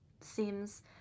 seems